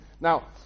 Now